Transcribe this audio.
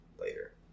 later